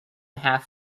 half